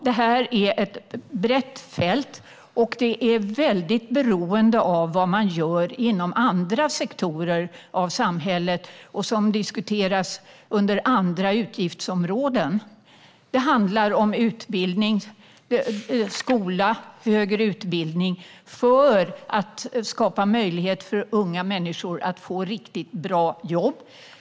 Detta är ett brett fält, och det är väldigt beroende av vad man gör i andra sektorer av samhället, som diskuteras under andra utgiftsområden. Det handlar om skola och högre utbildning för att skapa möjlighet för unga människor att få riktigt bra jobb.